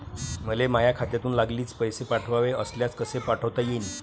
मले माह्या खात्यातून लागलीच पैसे पाठवाचे असल्यास कसे पाठोता यीन?